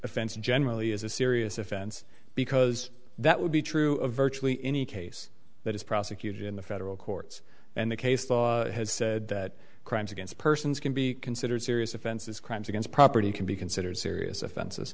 offense generally is a serious offense because that would be true of virtually any case that is prosecuted in the federal courts and the case law has said that crimes against persons can be considered serious offenses crimes against property can be considered serious offenses